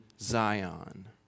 Zion